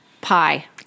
Pie